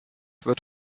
wird